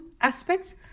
aspects